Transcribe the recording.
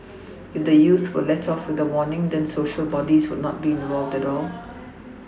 if the youths were let off with a warning then Social bodies would not be involved at all